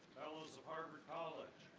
fellows of harvard college,